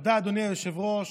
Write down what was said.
אדוני היושב-ראש.